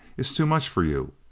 is too much for you.